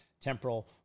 temporal